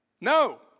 No